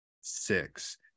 six